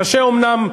קשה אומנם,